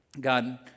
God